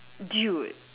dude